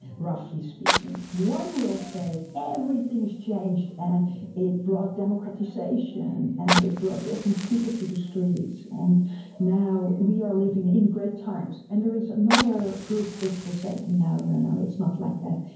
roughly speaking. one will say everything has changed and it brought democratisation and it brought different people to the streets, and now we are living in great times. and there is another group which will say, no, no, no, it's not like that,